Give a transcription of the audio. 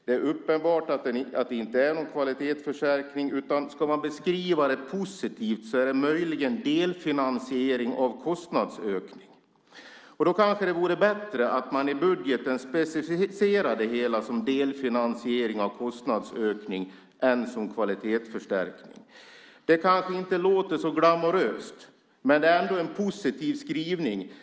Det är uppenbart att det inte är någon kvalitetsförstärkning. Ska man beskriva det positivt kan man säga att det möjligen är en delfinansiering av kostnadsökningen. Och då kanske det vore bättre om man i budgeten specificerade det hela som en delfinansiering av kostnadsökningen i stället för som en kvalitetsförstärkning. Det kanske inte låter så glamoröst, men det är ändå en positiv skrivning.